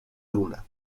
luna